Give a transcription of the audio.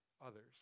others